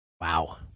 Wow